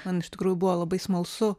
man iš tikrųjų buvo labai smalsu